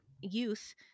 youth